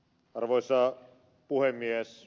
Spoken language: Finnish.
arvoisa puhemies